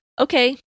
Okay